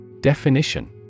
Definition